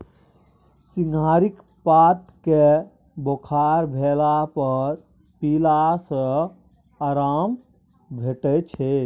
सिंहारिक पात केँ बोखार भेला पर पीला सँ आराम भेटै छै